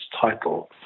title